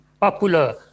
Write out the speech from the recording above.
popular